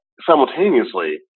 simultaneously